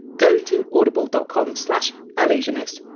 go to audible dot com slash allusionist,